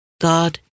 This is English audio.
god